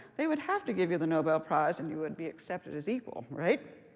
they would have to give you the nobel prize and you would be accepted as equal, right?